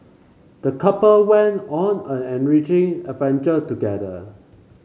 the couple went on an enriching adventure together